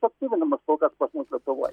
suaktyvinamas kol kas pas mus lietuvoj